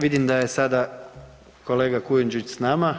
Vidim da je sada kolega Kujundžić s nama.